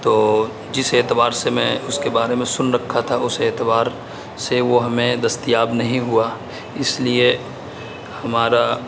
تو جس اعتبار سے میں اس کے بارے میں سن رکھا تھا اس اعتبار سے وہ ہمیں دستیاب نہیں ہوا اس لیے ہمارا